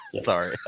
Sorry